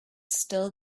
still